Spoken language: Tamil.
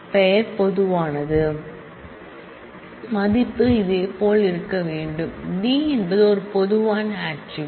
பெயர் பொதுவானது மதிப்பு இதேபோல் இருக்க வேண்டும் D என்பது ஒரு பொதுவான ஆட்ரிபூட்